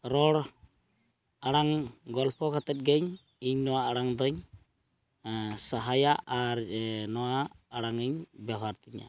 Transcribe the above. ᱨᱚᱲ ᱟᱲᱟᱝ ᱜᱚᱞᱯᱚ ᱠᱟᱛᱮᱫ ᱜᱮᱧ ᱤᱧ ᱱᱚᱣᱟ ᱟᱲᱟᱝ ᱫᱚᱧ ᱥᱟᱦᱟᱭᱟ ᱟᱨ ᱱᱚᱣᱟ ᱟᱲᱟᱝᱤᱧ ᱵᱮᱣᱦᱟᱨ ᱛᱤᱧᱟᱹ